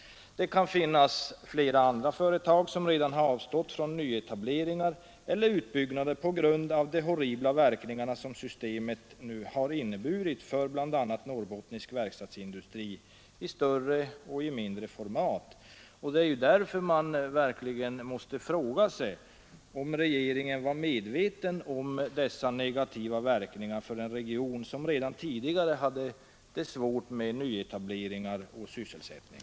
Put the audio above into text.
Det kan finnas andra företag som redan har avstått från nyetableringar eller utbyggnader på grund av de horribla verkningar som systemet innebär för bl.a. norrbottnisk verkstadsindustri i större och mindre format. Det är därför man verkligen måste fråga sig, om regeringen var medveten om dessa negativa verkningar för en region som redan tidigare haft det svårt med nyetableringar och sysselsättning.